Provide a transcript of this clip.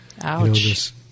Ouch